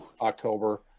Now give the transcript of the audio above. October